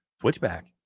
Switchback